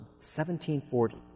1740